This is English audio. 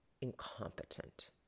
incompetent